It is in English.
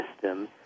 system